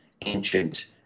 ancient